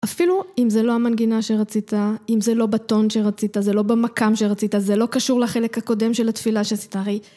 אפילו אם זה לא המנגינה שרצית, אם זה לא בטון שרצית, זה לא במקאם שרצית, זה לא קשור לחלק הקודם של התפילה שעשית, הרי...